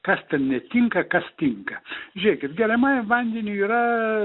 kas ten netinka kas tinka žiūrėkit geriamajam vandeniui yra